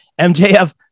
MJF